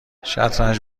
شطرنج